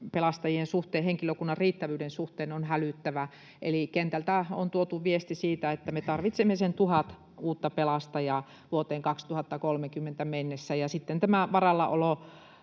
pelastajien suhteen, henkilökunnan riittävyyden suhteen, on hälyttävä, eli kentältä on tuotu viesti siitä, että me tarvitsemme sen 1 000 uutta pelastajaa vuoteen 2030 mennessä. Ja tämä